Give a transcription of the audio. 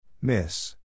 Miss